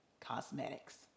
Cosmetics